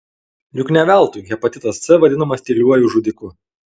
juk ne veltui hepatitas c vadinamas tyliuoju žudiku